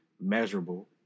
Measurable